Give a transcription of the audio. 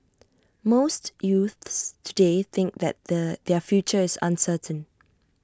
most youths today think that the their future is uncertain